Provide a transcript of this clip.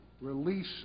release